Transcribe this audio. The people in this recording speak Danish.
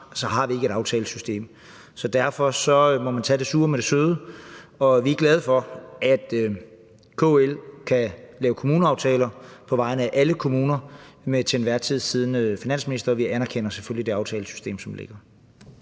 så har vi ikke et aftalesystem. Så derfor må man tage det sure med det søde. Vi er glade for, at KL kan lave kommuneaftaler på vegne af alle kommuner med den til enhver tid siddende finansminister, og vi anerkender selvfølgelig det aftalesystem, som ligger.